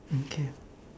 mm K